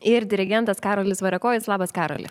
ir dirigentas karolis variakojis labas karole